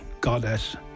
goddess